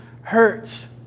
hurts